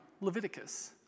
Leviticus